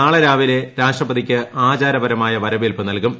നാളെ രാവിലെ രാഷ്ട്രപതിയ്ക്ക് ആചാരപരമായ വരവേൽപ്പ് നൽകും